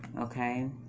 okay